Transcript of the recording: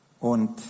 Und